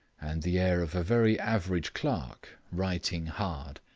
and the air of a very average clerk, writing hard.